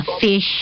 fish